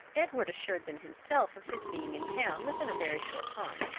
edward assured them himself of his being in town, within a very short time,